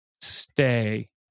Stay